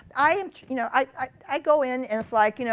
i and you know i go in, and it's like, you know